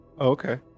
Okay